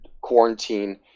quarantine